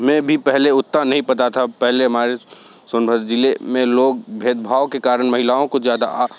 में भी पहले उतना नहीं पता था पहले हमारे सोनभद्र ज़िले में लोग भेदभाव के कारण महिलाओं को ज़्यादा